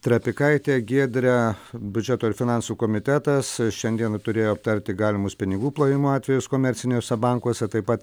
trapikaitė giedre biudžeto ir finansų komitetas šiandien turėjo aptarti galimus pinigų plovimo atvejus komerciniuose bankuose taip pat